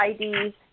IDs